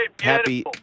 happy